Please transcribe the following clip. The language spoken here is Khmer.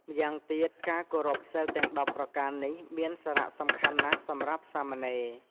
ម្យ៉ាងទៀត ការគោរពសីលទាំង ១០ ប្រការនេះ មានសារៈសំខាន់ណាស់សម្រាប់សាមណេរ។